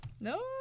No